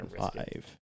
five